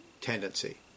tendency